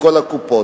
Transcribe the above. בכל הקופות.